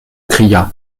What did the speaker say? cria